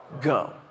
go